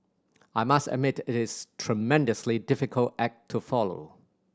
I must admit it's a tremendously difficult act to follow